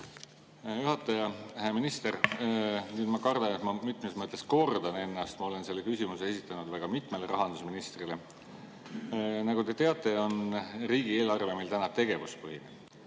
juhataja! Hea minister! Ma kardan, et ma mitmes mõttes kordan ennast, sest ma olen selle küsimuse esitanud väga mitmele rahandusministrile. Nagu te teate, on riigieelarve meil tegevuspõhine.